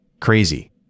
Crazy